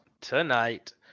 tonight